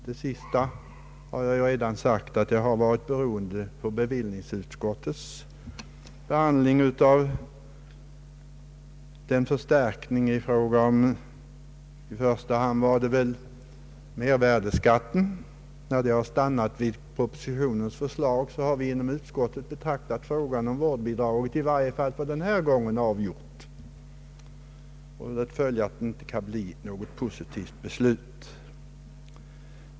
Behandlingen av det sistnämnda förslaget har varit beroende av bevillningsutskottets behandling av frågan om en förstärkning av i första hand mervärdeskatten. När man i bevillningsutskottet har stannat vid propositionens förslag har vi i andra lagutskottet betraktat frågan om vårdnadsbidrag som avgjord, i varje fall för denna gång, varför det inte har blivit något positivt beslut.